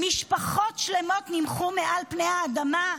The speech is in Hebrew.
משפחות שלמות נמחו מעל פני האדמה,